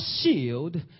shield